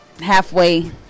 halfway